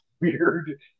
weird